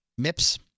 Mips